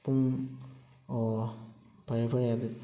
ꯄꯨꯡ ꯐꯔꯦ ꯐꯔꯦ ꯑꯗꯨꯗꯤ